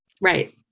right